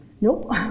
Nope